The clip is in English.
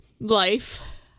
life